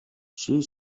she